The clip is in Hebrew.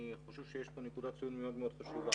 אני חושב שיש פה נקודת ציון מאוד מאוד חשובה.